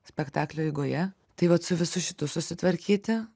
spektaklio eigoje tai vat su visu šitu susitvarkyti